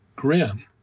grim